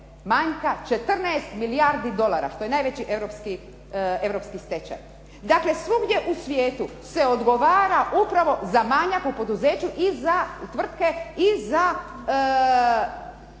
manjka 14 milijardi dolara što je najveći europski stečaj. Dakle, svugdje u svijetu se odgovara upravo za manjak u poduzeću i za tvrtke i za